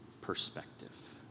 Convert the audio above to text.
perspective